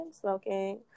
smoking